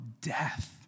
death